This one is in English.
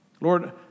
Lord